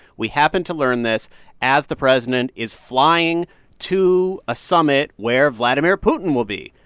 we happened to learn this as the president is flying to a summit where vladimir putin will be.